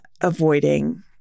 avoiding